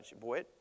boy